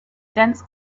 dense